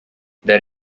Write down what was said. there